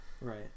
Right